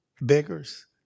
Beggars